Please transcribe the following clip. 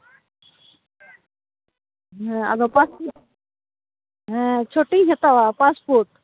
ᱦᱮᱸ ᱟᱫᱚ ᱦᱮᱸ ᱪᱷᱚᱴᱤᱧ ᱦᱟᱛᱟᱣᱟ ᱯᱟᱥᱯᱳᱴ